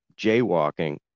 jaywalking